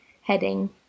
heading